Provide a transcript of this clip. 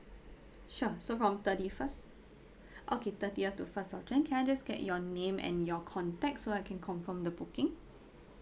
sure so from thirty first okay thirtieth to first of jan can I just get your name and your contact so I can confirm the booking